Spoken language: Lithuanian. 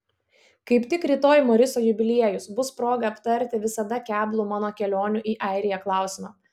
kaip tik rytoj moriso jubiliejus bus proga aptarti visada keblų mano kelionių į airiją klausimą